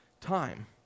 time